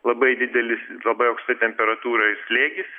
labai didelis labai aukšta temperatūra ir slėgis